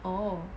oh